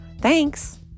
Thanks